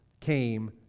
came